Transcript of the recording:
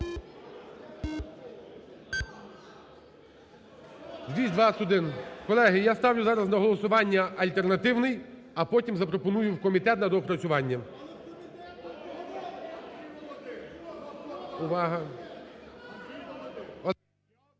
За-221 Колеги, я ставлю зараз на голосування альтернативний, а потім запропоную в комітет на доопрацювання. Увага!